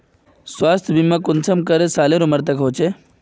स्वास्थ्य बीमा कुंसम करे सालेर उमर तक होचए?